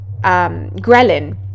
ghrelin